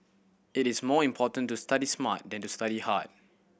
it is more important to study smart than to study hard